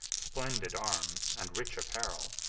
splendid arms, and rich apparel,